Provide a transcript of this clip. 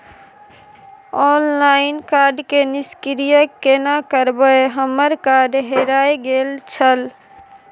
Online card के निष्क्रिय केना करबै हमर कार्ड हेराय गेल छल?